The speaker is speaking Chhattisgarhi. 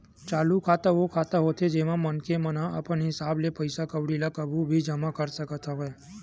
चालू खाता ओ खाता होथे जेमा मनखे मन ह अपन हिसाब ले पइसा कउड़ी ल कभू भी जमा कर सकत हवय